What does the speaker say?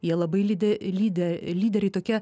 jie labai lydi lydi lyderiai tokie